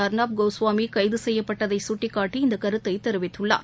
அர்னாப் கோஸ்வாமி கைது செய்யப்பட்டதை சுட்டிக்காட்டி இந்த கருத்தை தெரிவித்துள்ளார்